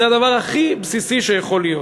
זה הדבר הכי בסיסי שיכול להיות.